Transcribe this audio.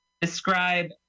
Describe